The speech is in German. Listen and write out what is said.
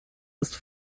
ist